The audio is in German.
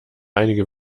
einige